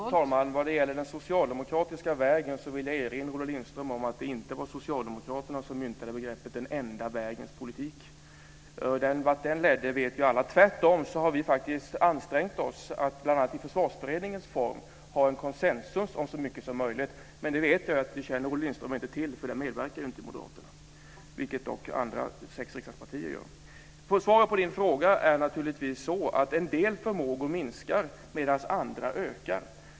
Fru talman! Vad gäller den socialdemokratiska vägen vill jag erinra Olle Linström om att det inte var socialdemokraterna som myntade begreppet den enda vägens politik. Vart den vägen ledde vet ju alla. Tvärtom har vi faktiskt ansträngt oss för att bl.a. i Försvarsberedningens form ha en konsensus om så mycket som möjligt. Men det vet vi ju att Olle Lindström inte känner till, för där medverkar inte Moderaterna. De gör dock de andra sex riksdagspartierna. Svaret på Olle Lindströms fråga är naturligtvis att en del förmågor minskar medan andra ökar.